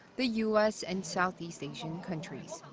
the u s. and southeast asian countries.